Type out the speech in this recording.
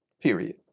Period